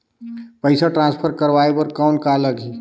पइसा ट्रांसफर करवाय बर कौन का लगही?